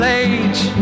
age